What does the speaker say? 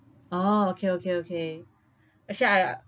oh okay okay okay actually I uh